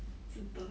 值得